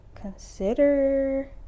Consider